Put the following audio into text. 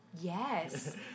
yes